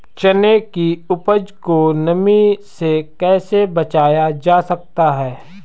चने की उपज को नमी से कैसे बचाया जा सकता है?